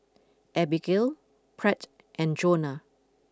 Abigail Pratt and Jonna